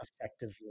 effectively